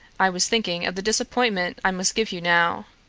i was thinking of the disappointment i must give you now.